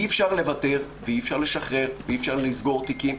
אי-אפשר לוותר ואי-אפשר לשחרר ואי-אפשר לסגור תיקים.